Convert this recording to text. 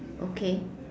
okay